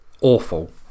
Awful